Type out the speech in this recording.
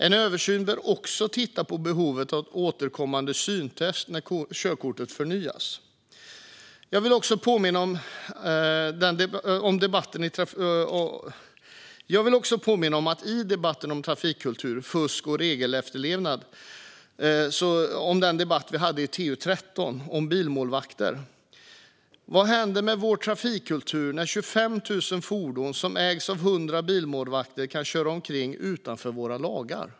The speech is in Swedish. En översyn bör också göras av behovet av återkommande syntest när körkortet förnyas. Jag vill också påminna om den debatt om trafikkultur, fusk och regelefterlevnad som vi hade angående TU13 om bilmålvakter. Vad händer med vår trafikkultur när 25 000 fordon som ägs av 100 bilmålvakter kan köras omkring utanför våra lagar?